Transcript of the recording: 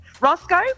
Roscoe